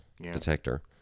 detector